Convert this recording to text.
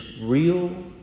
real